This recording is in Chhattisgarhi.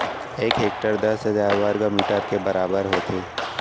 एक हेक्टर दस हजार वर्ग मीटर के बराबर होथे